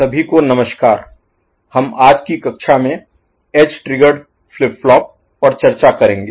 सभी को नमस्कार हम आज की कक्षा में एज ट्रिगर्ड फ्लिप फ्लॉप पर चर्चा करेंगे